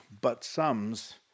but-sums